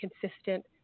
consistent